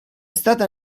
stata